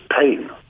pain